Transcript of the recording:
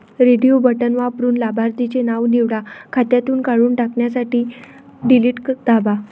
radio button वापरून लाभार्थीचे नाव निवडा, खात्यातून काढून टाकण्यासाठी डिलीट दाबा